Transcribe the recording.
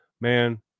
man